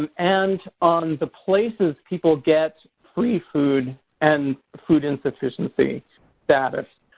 and and on the places people get free food and food insufficiency status.